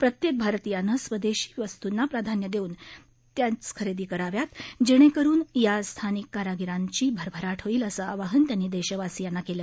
प्रत्येक भारतीयानं स्वदेशी वस्तूंना प्राधान्य देऊन त्याच खरेदी कराव्यात जेणेकरुन या स्थानिक कारागिरांची भरभरा होईल असं आवाहन त्यांनी देशवासियांना केलं